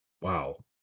Wow